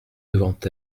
devant